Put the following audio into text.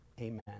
Amen